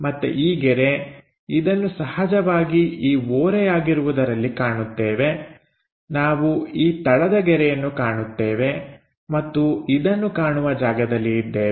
ಮತ್ತೆ ಈ ಗೆರೆ ಇದನ್ನು ಸಹಜವಾಗಿ ಈ ಓರೆಯಾಗಿರುವುದರಲ್ಲಿ ಕಾಣುತ್ತೇವೆ ನಾವು ಈ ತಳದ ಗೆರೆಯನ್ನು ಕಾಣುತ್ತೇವೆ ಮತ್ತು ಇದನ್ನು ಕಾಣುವ ಜಾಗದಲ್ಲಿ ಇದ್ದೇವೆ